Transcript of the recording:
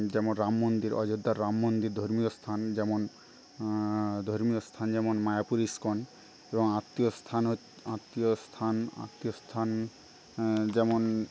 যেমন রামমন্দির অযোধ্যার রাম মন্দির ধর্মীয় স্থান যেমন ধর্মীয় স্থান যেমন মায়াপুর ইস্কন এবং আত্মীয় স্থান আত্মীয় স্থান আত্মীয় স্থান যেমন